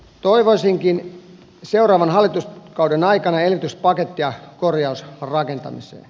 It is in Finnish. toivoisinkin seuraavan hallituskauden aikana elvytyspakettia korjausrakentamiseen